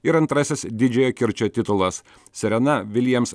ir antrasis didžiojo kirčio titulas serena viljams